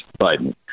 Biden